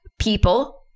people